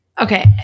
Okay